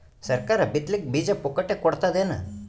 ಸರಕಾರ ಬಿತ್ ಲಿಕ್ಕೆ ಬೀಜ ಪುಕ್ಕಟೆ ಕೊಡತದೇನು?